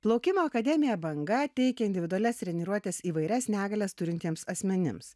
plaukimo akademija banga teikia individualias treniruotes įvairias negalias turintiems asmenims